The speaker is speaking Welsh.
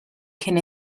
cyn